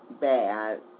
bad